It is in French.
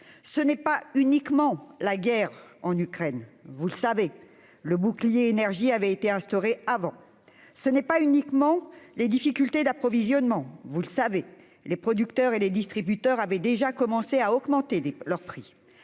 Ce n'est pas uniquement le fait de la guerre en Ukraine, vous le savez : le bouclier énergie avait été instauré auparavant. Ce n'est pas uniquement le fait des difficultés d'approvisionnement, vous le savez : les producteurs et les distributeurs avaient déjà commencé à augmenter leurs prix.